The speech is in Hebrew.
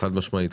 חד משמעית.